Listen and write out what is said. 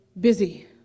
busy